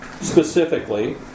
specifically